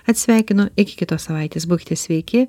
atsisveikinu iki kitos savaitės būkite sveiki